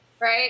right